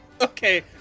Okay